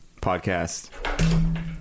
podcast